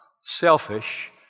selfish